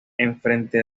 enfrente